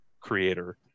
creator